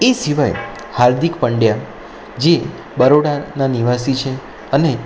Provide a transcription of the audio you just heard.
એ સિવાય હાર્દિક પંડ્યા જે બરોડાના નિવાસી છે અને